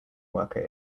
worker